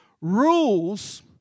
rules